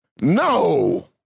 No